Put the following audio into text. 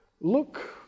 Look